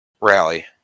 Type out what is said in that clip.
rally